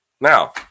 Now